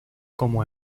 como